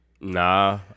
Nah